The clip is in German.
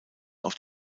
auf